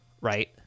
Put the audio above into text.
right